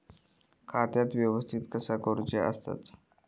खाता व्यवस्थापित कसा करुचा असता?